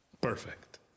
Perfect